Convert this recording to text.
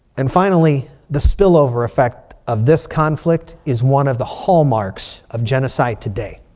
and finally, the spillover effect of this conflict is one of the hallmarks of genocide today.